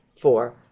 four